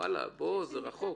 זה רחוק.